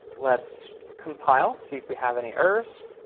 let's compile, see if we have any errors.